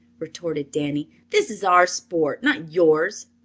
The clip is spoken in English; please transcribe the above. retorted danny. this is our sport, not yours.